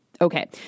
Okay